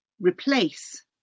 replace